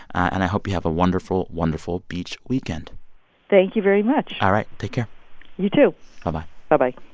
and i hope you have a wonderful, wonderful beach weekend thank you very much all right, take care you too ah bye-bye